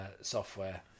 software